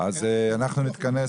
אנחנו נתכנס